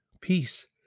peace